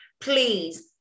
Please